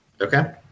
okay